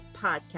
Podcast